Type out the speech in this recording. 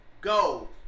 Go